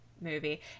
movie